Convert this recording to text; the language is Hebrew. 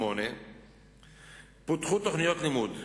8. פותחו תוכניות לימוד כגון: